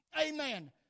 Amen